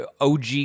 OG